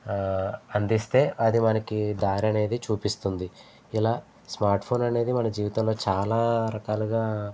అందిస్తే అది మనకు దారి అనేది చూపిస్తుంది ఇలా స్మార్ట్ ఫోన్ అనేది మన జీవితంలో చాలా రకాలుగా